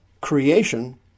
Creation